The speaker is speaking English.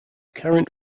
current